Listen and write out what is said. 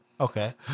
Okay